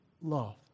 love